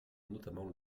notamment